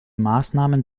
maßnahmen